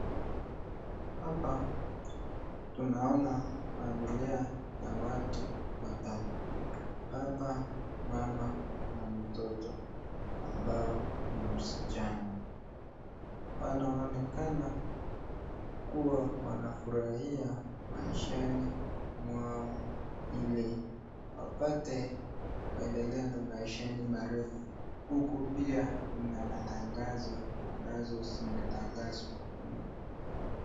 Hapa tunaona familia ya watu watatu. Baba mama na mtoto ambao ni msichana. Wanaonekana kuwa wanafurahia maishani mwao ili wapate kuendelea na maishani marefu. Huku pia kuna matangazo ambazo zimetangazwa.